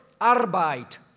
arbeit